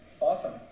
awesome